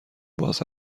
باز